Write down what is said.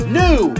new